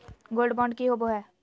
Gold bond की होबो है?